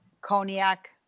cognac